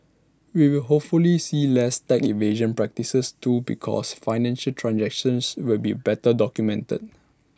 we will hopefully see less tax evasion practices too because financial transactions will be better documented